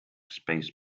space